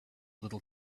little